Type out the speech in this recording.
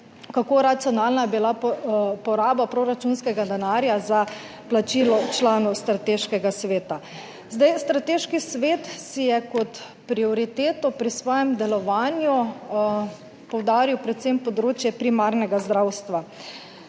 kako racionalna je bila poraba proračunskega denarja za plačilo članov strateškega sveta? Strateški svet je kot prioriteto pri svojem delovanju poudaril predvsem področje primarnega zdravstva.